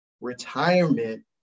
retirement